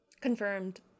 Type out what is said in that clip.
Confirmed